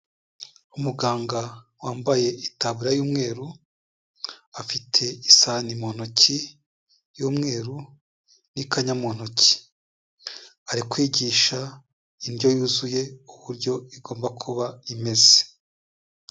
Umuganga wambaye itaburiya y'umweru, afite isahani mu ntoki y'umweru n'ikanya mu ntoki, ari kwigisha indyo yuzuye uburyo igomba kuba imeze.